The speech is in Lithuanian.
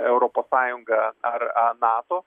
europos sąjungą ar a nato